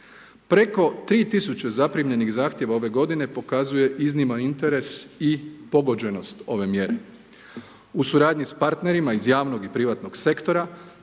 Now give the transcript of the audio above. Preko 3 tisuće zaprimljenih zahtjeva ove godine pokazuje izniman interes i pogođenost ove mjere. U suradnji sa partnerima iz javnog i privatnog sektora